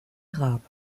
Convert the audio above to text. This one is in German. grab